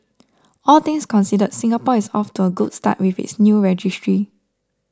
all things considered Singapore is off to a good start with its new registry